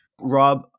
Rob